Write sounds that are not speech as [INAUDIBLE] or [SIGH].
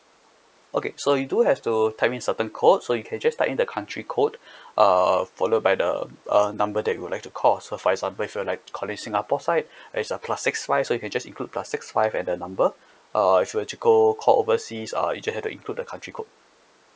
okay so you do have to type in certain code so you can just type in the country code [BREATH] uh followed by the um number that you would like to call so for example if you were like calling singapore side [BREATH] it's uh plus six five so you just include plus six five and the number [BREATH] uh if you were to go call overseas uh you just have to include the country code